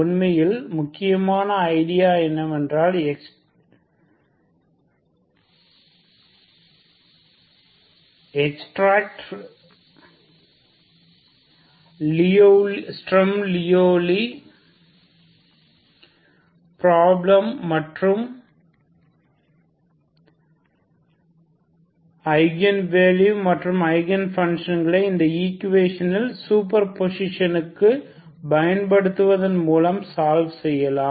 உண்மையில் முக்கியமான ஐடியா என்னவென்றால் எக்ஸ்டிராக்ட் ஸ்ட்ரம் லியவ்லி ப்ராப்ளம் மற்றும் ஐகன் வேலுஸ் மற்றும் அதன் ஐகன் பன்ஷன்களை இந்த ஈக்குவேஷனின் சூப்பர்பொசிஷனுக்கு பயன்படுத்துவதன் மூலம் சால்வ் செய்யலாம்